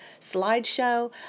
slideshow